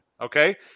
okay